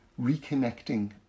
reconnecting